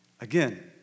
Again